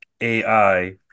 AI